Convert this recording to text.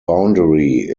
boundary